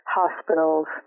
hospitals